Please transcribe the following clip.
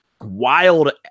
Wild